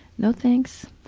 no thanks.